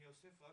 אני אוסיף משהו